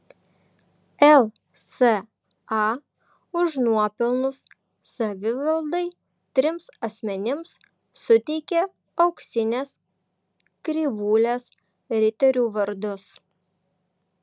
lsa už nuopelnus savivaldai trims asmenims suteikė auksinės krivūlės riterių vardus